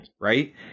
Right